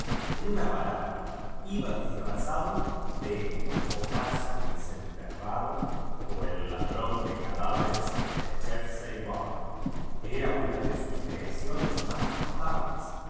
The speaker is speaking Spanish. en una palabra iba disfrazado de jonás el deseo terrado o el ladrón de cadáveres de chertsey iam t era una de sus creaciones más notables y